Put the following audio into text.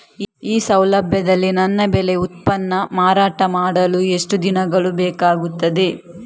ಈ ಸೌಲಭ್ಯದಲ್ಲಿ ನನ್ನ ಬೆಳೆ ಉತ್ಪನ್ನ ಮಾರಾಟ ಮಾಡಲು ಎಷ್ಟು ದಿನಗಳು ಬೇಕಾಗುತ್ತದೆ?